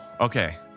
Okay